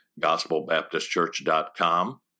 gospelbaptistchurch.com